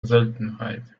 seltenheit